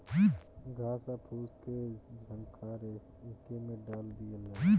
घास आ फूस के झंखार एके में डाल दियाला